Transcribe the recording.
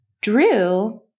Drew